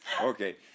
Okay